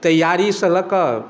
तैआरीसँ लए कऽ